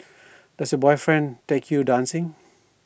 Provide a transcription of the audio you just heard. does your boyfriend take you dancing